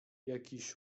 jakiś